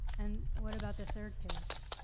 and what about the third case?